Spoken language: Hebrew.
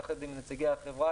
יחד עם נציגי החברה,